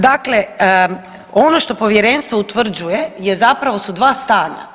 Dakle, ono što povjerenstvo utvrđuje zapravo su dva stanja.